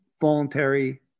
voluntary